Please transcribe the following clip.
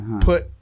put